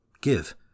Give